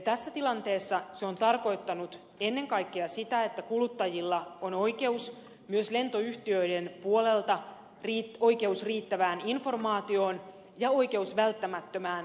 tässä tilanteessa se on tarkoittanut ennen kaikkea sitä että kuluttajilla on oikeus myös lentoyhtiöiden puolelta riittävään informaatioon ja oikeus välttämättömään huolenpitoon